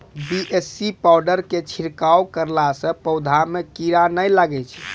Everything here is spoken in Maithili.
बी.ए.सी पाउडर के छिड़काव करला से पौधा मे कीड़ा नैय लागै छै?